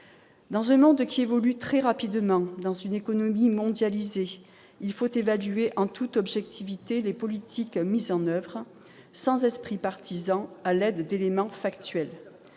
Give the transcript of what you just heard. Dans un monde qui évolue très rapidement, dans une économie mondialisée, il faut évaluer en toute objectivité les politiques mises en oeuvre, sans esprit partisan, à l'aide d'éléments factuels.